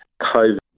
COVID